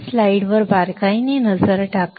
तर या स्लाइडवर बारकाईने नजर टाका